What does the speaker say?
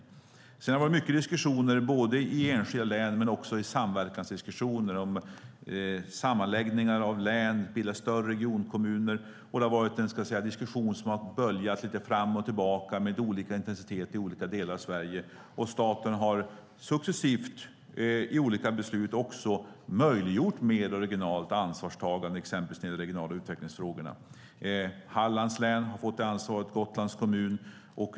Sedan har det varit mycket diskussioner både i enskilda ärenden och i samverkansdiskussioner om sammanläggningar av län och att bilda större regionkommuner. Det har varit en diskussion som har böljat fram och tillbaka med olika intensitet i olika delar av Sverige. Staten har successivt genom olika beslut möjliggjort mer av regionalt ansvarstagande exempelvis i de regionala utvecklingsfrågorna. Hallands län och Gotlands kommun har fått det ansvaret.